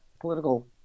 political